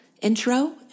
intro